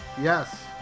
Yes